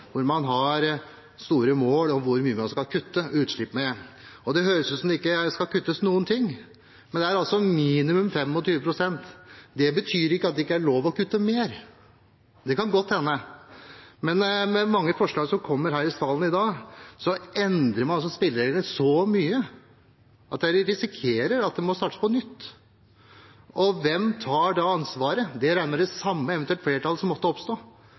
man har store mål om hvor mye man skal kutte utslipp med – det høres ut som om det ikke skal kuttes noen ting, men det er altså minimum 25 pst. Det betyr ikke at det ikke er lov å kutte mer – det kan godt hende. Men i mange forslag som kommer her i salen i dag, endrer man altså spillereglene så mye at vi risikerer at det må startes på nytt. Og hvem tar da ansvaret – det samme flertallet som eventuelt måtte oppstå,